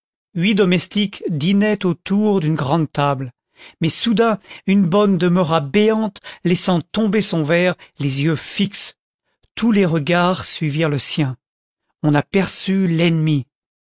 huit domestiques dînaient autour d'une grande table mais soudain une bonne demeura béante laissant tomber son verre les yeux fixes tous les regards suivirent le sien on aperçut l'ennemi